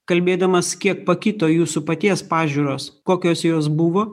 kalbėdamas kiek pakito jūsų paties pažiūros kokios jos buvo